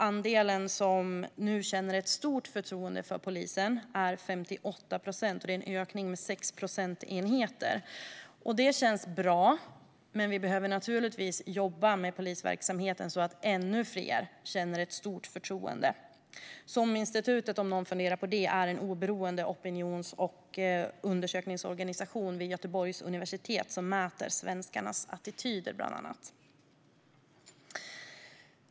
Andelen som nu känner ett stort förtroende för polisen är 58 procent, vilket är en ökning med 6 procentenheter. Det känns bra, men vi behöver naturligtvis jobba med polisverksamheten så att ännu fler känner ett stort förtroende. SOM-institutet är, om någon funderar på det, en oberoende opinions och undersökningsorganisation vid Göteborgs universitet som bland annat mäter svenskarnas attityder.